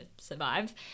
survive